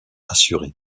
assurée